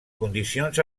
condicions